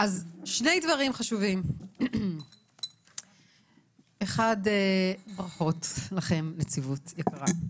שני דברים חשובים, האחד, ברכות לכם, נציבות יקרה,